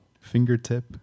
fingertip